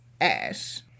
Ash